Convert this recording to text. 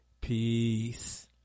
Peace